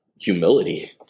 humility